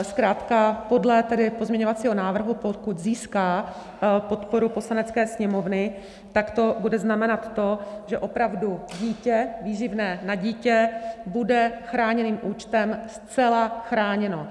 Zkrátka podle tedy pozměňovacího návrhu, pokud získá podporu Poslanecké sněmovny, tak to bude znamenat to, že dítě, opravdu výživné na dítě bude chráněným účtem zcela chráněno.